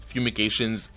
Fumigations